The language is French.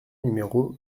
numéro